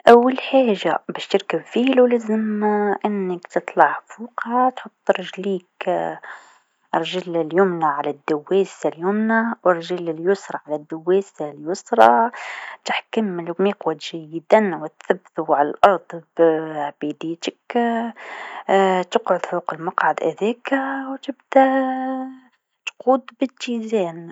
أول حاجه باش تركب الدراجة لازم أنك تطلع فوقها، تحط رجليك الرجل اليمنى على دواس اليمنى و الرجل اليسرى على الدواسة اليسرى، تحكم المقود جيدا و تثبتو على الأرض ب- بديتك تقعد فوق المقعد هذاك و تبدا تقود باتزان.